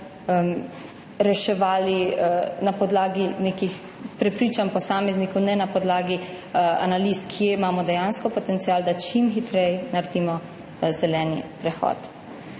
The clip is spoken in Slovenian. reševali na podlagi nekih prepričanj posameznikov, ne na podlagi analiz, kje imamo dejansko potencial, da čim hitreje naredimo zeleni prehod.